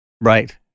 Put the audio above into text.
Right